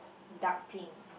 dark pink